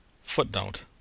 Footnote